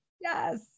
Yes